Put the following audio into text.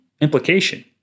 implication